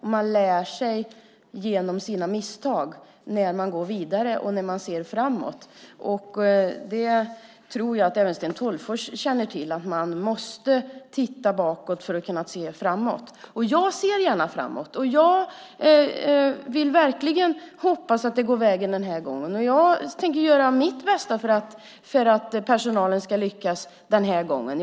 Man lär sig genom sina misstag när man går vidare och när man ser framåt. Det tror jag att även Sten Tolgfors känner till. Man måste titta bakåt för att kunna se framåt. Jag ser gärna framåt. Jag vill verkligen hoppas att det gå vägen den här gången. Jag tänker göra mitt bästa för att personalen ska lyckas den här gången.